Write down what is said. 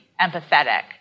empathetic